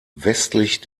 westlich